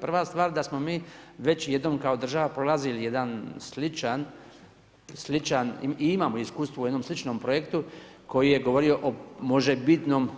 Prva stvar da smo mi već jednom kao država prolazili jedan sličan i imamo iskustvo u jednom sličnom projektu koji je govorio o možebitnom